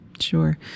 Sure